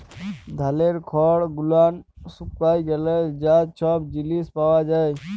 ধালের খড় গুলান শুকায় গ্যালে যা ছব জিলিস পাওয়া যায়